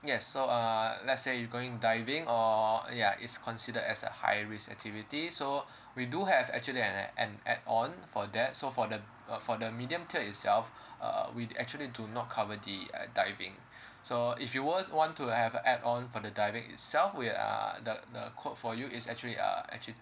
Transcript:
yes so uh let's say you going diving or ya it's considered as a high risk activity so we do have actually an a~ an add on for that so for the uh for the medium tier itself uh we actually do not cover the uh diving so if you were want to have a add on for the diving itself we are the the quote for you is actually uh actually